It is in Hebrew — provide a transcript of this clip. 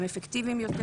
הם אפקטיביים יותר.